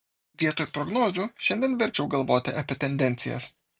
vietoj prognozių šiandien verčiau galvoti apie tendencijas